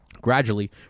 Gradually